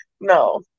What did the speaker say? no